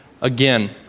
again